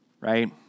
Right